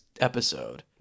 episode